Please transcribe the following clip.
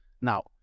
Now